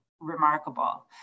remarkable